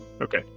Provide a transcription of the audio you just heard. Okay